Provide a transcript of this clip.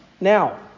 now